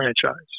franchise